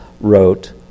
wrote